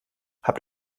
habt